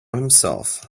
himself